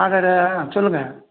அடடா சொல்லுங்கள்